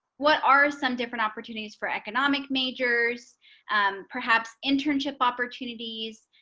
what are some different opportunities for economic majors and perhaps internship opportunities.